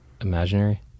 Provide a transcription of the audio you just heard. imaginary